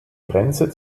grenze